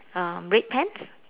um red pants